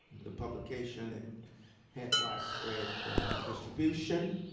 the publication. it had widespread distribution.